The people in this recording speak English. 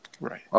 Right